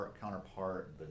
counterpart